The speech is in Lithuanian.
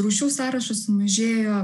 rūšių sąrašas sumažėjo